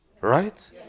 Right